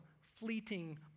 fleeting